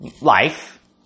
life